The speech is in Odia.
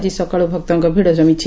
ଆଜି ସକାଳୁ ଭକ୍ତଙ୍କ ଭୀଡ଼ ଜମିଛି